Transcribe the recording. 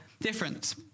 difference